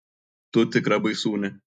tu tikra baisūnė